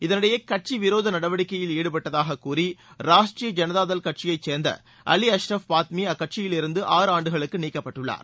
இதனிடையே கட்சி விரோத நடவடிக்கையில் ஈடுபட்டதாக கூறி ராஷ்ட்ரீய ஜனதாதளம் கட்சியைச்சேர்ந்த அலி அஷ்ரப் பாத்மி அக்கட்சியிலிருந்து ஆறாண்டுகளுக்கு நீக்கப்பட்டுள்ளார்